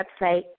website